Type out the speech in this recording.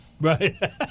Right